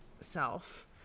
self